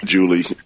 Julie